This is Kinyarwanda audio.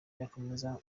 irakomeza